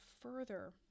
further